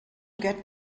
get